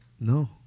No